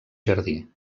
jardí